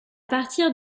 partir